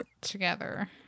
together